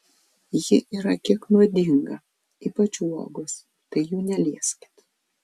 ji yra kiek nuodinga ypač uogos tai jų nelieskit